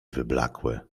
wyblakłe